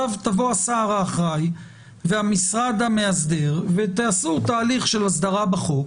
יבוא השר האחראי והמשרד המאסדר ותעשו תהליך של הסדרה בחוק